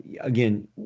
again